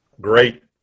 great